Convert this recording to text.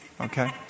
okay